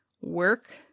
work